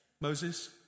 Moses